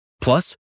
Plus